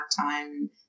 time